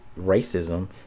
racism